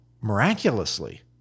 miraculously